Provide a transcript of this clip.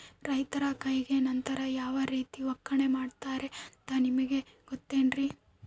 ರೈತರ ಕೈಗೆ ನಂತರ ಯಾವ ರೇತಿ ಒಕ್ಕಣೆ ಮಾಡ್ತಾರೆ ಅಂತ ನಿಮಗೆ ಗೊತ್ತೇನ್ರಿ?